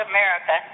America